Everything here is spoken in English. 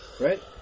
Right